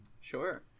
sure